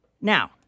Now